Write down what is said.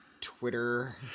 Twitter